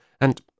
and